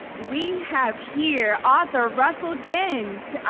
we have here author russell ginns!